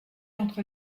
entre